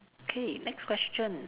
okay next question